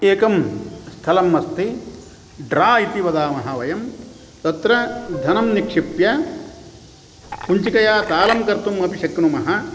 एकं स्थलम् अस्ति ड्रा इति वदामः वयं तत्र धनं निक्षिप्य कुञ्चिकया तालं कर्तुम् अपि शक्नुमः